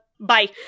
bye